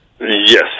Yes